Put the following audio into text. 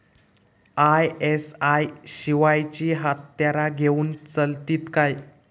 ISI शिवायची हत्यारा घेऊन चलतीत काय?